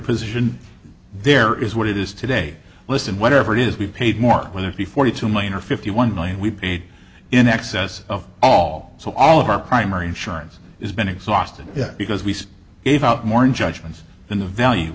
position there is what it is today listen whatever it is we've paid more whether it be forty two million or fifty one million we paid in excess of all so all of our primary insurance is been exhausted yet because we said if not more in judgments in the value